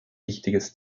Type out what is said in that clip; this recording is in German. wichtiges